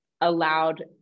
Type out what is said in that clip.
allowed